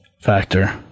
factor